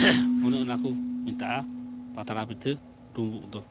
ᱚᱱᱮ ᱚᱱᱟ ᱠᱚ ᱢᱮᱛᱟᱜᱼᱟ ᱯᱟᱛᱲᱟ ᱯᱤᱴᱷᱟᱹ ᱰᱩᱢᱵᱩᱜᱫᱚ